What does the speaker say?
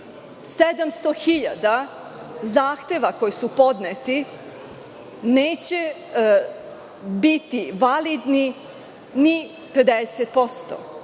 hiljada zahteva koji su podneti, neće biti validnih ni 50%.